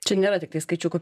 čia nėra tiktai skaičiukų